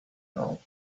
now